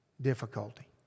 difficulty